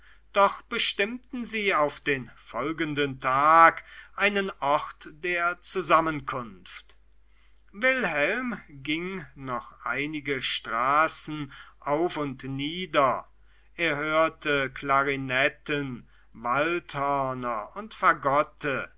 doch bestimmten sie auf den folgenden tag einen ort der zusammenkunft wilhelm ging noch einige straßen auf und nieder er hörte klarinetten waldhörner und